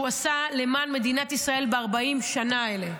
עשה למען מדינת ישראל ב-40 השנים האלה.